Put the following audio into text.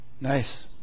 Nice